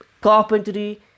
Carpentry